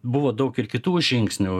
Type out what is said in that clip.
buvo daug ir kitų žingsnių